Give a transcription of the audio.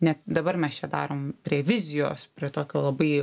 net dabar mes čia darom prie vizijos prie tokio labai